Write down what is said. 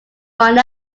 run